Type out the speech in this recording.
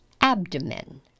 Abdomen